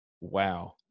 wow